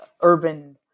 urban